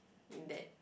in that